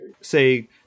say